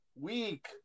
week